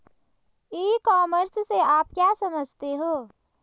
ई commerce से आप क्या समझते हो?